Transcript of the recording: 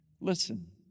listen